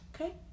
Okay